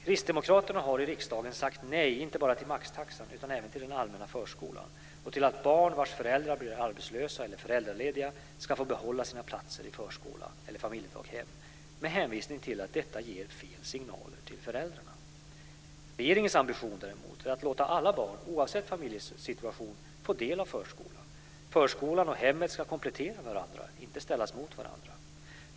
Kristdemokraterna har i riksdagen sagt nej inte bara till maxtaxan utan även till den allmänna förskolan och till att barn vars föräldrar blir arbetslösa eller föräldralediga ska få behålla sina platser i förskola eller familjedaghem, med hänvisning till att detta ger fel signaler till föräldrarna. Regeringens ambition däremot är att låta alla barn, oavsett familjesituation, få del av förskolan. Förskolan och hemmet ska komplettera varandra - inte ställas mot varandra.